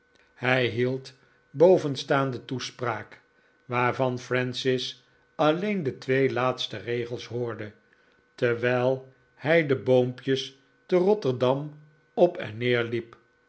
hij hield bovenstaande toespraak waarvan francis alleen de twee laatste regels hoorde terwijl hij de boompjes te rotterdam op en neer liep